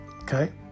Okay